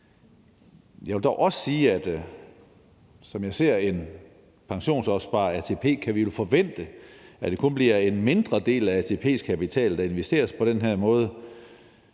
Jeg vil dog også sige, at vi – som jeg ser et pensionsselskab som ATP – vel kan forvente, at det kun bliver en mindre del ATP's kapital, der investeres på den her måde;